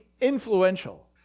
influential